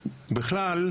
בכלל,